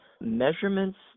measurements